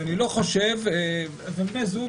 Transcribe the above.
בני זוג,